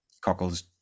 cockles